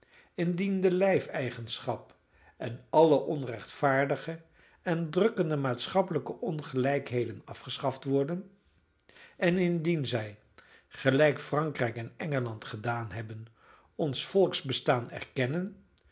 zal indien de lijfeigenschap en alle onrechtvaardige en drukkende maatschappelijke ongelijkheden afgeschaft worden en indien zij gelijk frankrijk en engeland gedaan hebben ons volksbestaan erkennen dan